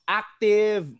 active